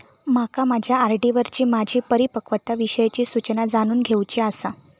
माका माझ्या आर.डी वरची माझी परिपक्वता विषयची सूचना जाणून घेवुची आसा